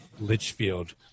Litchfield